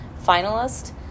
finalist